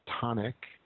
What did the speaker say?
Tonic